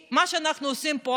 מה שאנחנו עושים פה,